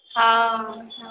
ହଁ ହଁ